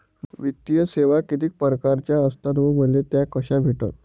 वित्तीय सेवा कितीक परकारच्या असतात व मले त्या कशा भेटन?